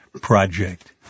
project